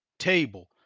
table.